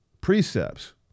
precepts